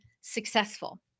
successful